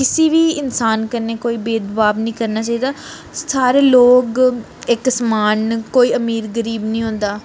किसी बी इंसान कन्नै कोई भेदभाव नी करना चाहिदा सारे लोग इक समान न कोई अमीर गरीब नी होंदा